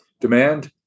demand